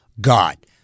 God